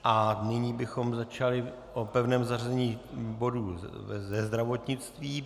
A nyní bychom hlasovali o pevném zařazení bodů ze zdravotnictví.